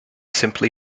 simply